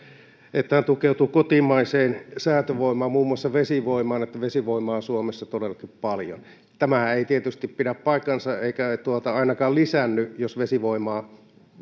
että hän tukeutuu kotimaiseen säätövoimaan muun muassa vesivoimaan ja että vesivoimaa on suomessa todellakin paljon tämähän ei tietysti pidä paikkaansa eikä se ainakaan lisäänny jos vesivoimaa